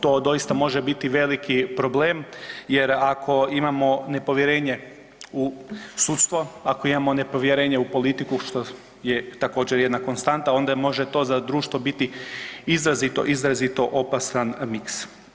To doista može biti veliki problem, jer ako imamo nepovjerenje u sudstvo, ako imamo nepovjerenje u politiku što je također jedna konstanta, onda može to za društvo biti izrazito, izrazito opasan miks.